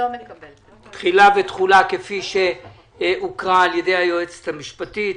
תחילה ותחולה כפי שהוקרא על ידי היועצת המשפטית.